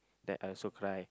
that I also cry